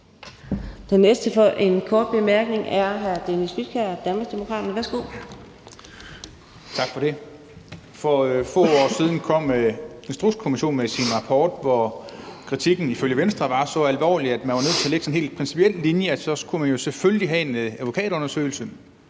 Den næste for en kort bemærkning er hr. Dennis Flydtkjær, Danmarksdemokraterne. Værsgo. Kl. 14:45 Dennis Flydtkjær (DD): Tak for det. For få år siden kom Instrukskommissionen med sin rapport, hvor kritikken ifølge Venstre var så alvorlig, at man var nødt til at lægge sådan en helt principiel linje om, at man jo selvfølgelig skulle have en advokatundersøgelse,